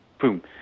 boom